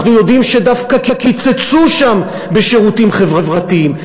אנחנו יודעים שדווקא קיצצו שם בשירותים חברתיים,